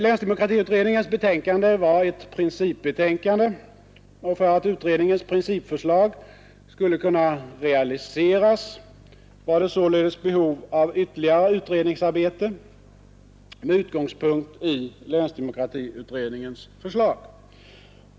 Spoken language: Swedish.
Länsdemokratiutredningens betänkande var ett principbetänkande, och för att utredningens principförslag skulle kunna realiseras behövdes således ytterligare utredningsarbete med utgångspunkt i länsdemokratiutredningens förslag.